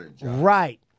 Right